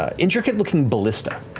ah intricate-looking ballista.